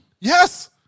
yes